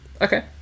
Okay